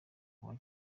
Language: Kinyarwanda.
uwa